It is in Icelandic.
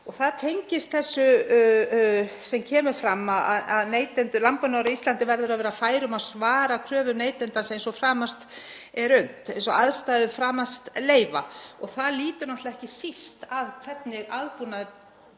og það tengist þessu sem kemur fram hér um að landbúnaðar á Íslandi verði að vera fær um að svara kröfu neytandans eins og framast er unnt, eins og aðstæður framast leyfa. Það lýtur náttúrlega ekki síst að hvernig aðbúnaður